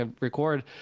record